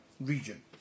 region